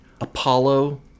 Apollo